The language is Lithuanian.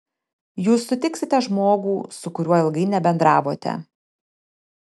jūs sutiksite žmogų su kuriuo ilgai nebendravote